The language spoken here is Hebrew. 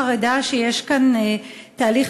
אני מודה שאני ככה קצת חרדה שיש כאן תהליך